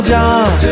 John